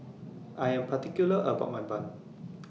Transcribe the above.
I Am particular about My Bun